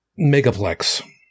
Megaplex